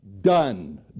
done